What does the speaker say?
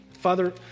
Father